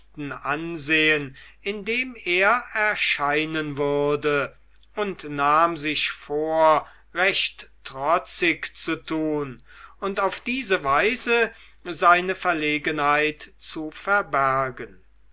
ansehen in dem er erscheinen würde und nahm sich vor recht trotzig zu tun und auf diese weise seine verlegenheit zu verbergen